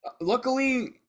luckily